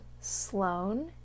Sloan